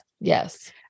Yes